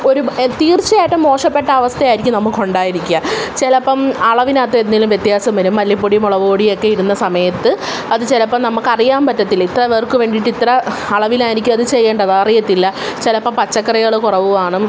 ഒരുപ തീർച്ചയായിട്ടും മോശപ്പെട്ട അവസ്ഥയായിരിക്കും നമുക്ക് ഉണ്ടായിരിക്കുക ചിലപ്പം അളവിനകത്ത് എന്തേലും വ്യത്യാസം വരും മല്ലിപ്പൊടി മുളകുപൊടി ഒക്കെ ഇടുന്ന സമയത്ത് അത് ചിലപ്പം നമുക്കറിയാൻ പറ്റത്തില്ല ഇത്രപേർക്ക് വേണ്ടീട്ട് ഇത്ര അളവിലായിരിക്കും അത് ചെയ്യേണ്ടത് അറിയത്തില്ല ചിലപ്പം പച്ചക്കറികൾ കുറവുകാണും